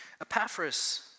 Epaphras